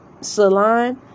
salon